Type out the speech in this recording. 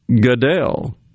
Goodell